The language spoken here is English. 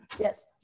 Yes